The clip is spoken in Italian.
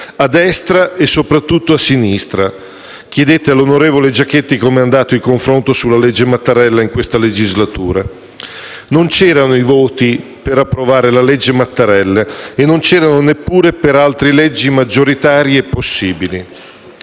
a destra e soprattutto a sinistra. Chiedete all'onorevole Giachetti come è andato il confronto sulla cosiddetta legge Mattarella in questa legislatura. Non c'erano i voti per approvare la legge Mattarella e non ce ne erano neppure per altre leggi maggioritarie possibili.